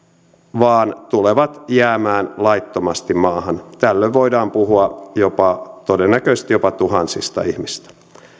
vaan tulee jäämään laittomasti maahan tällöin voidaan puhua todennäköisesti jopa tuhansista ihmisistä